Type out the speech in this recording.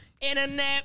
internet